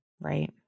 Right